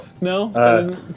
no